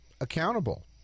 accountable